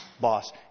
Boss